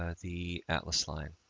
ah the atlas line.